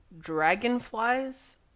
Dragonflies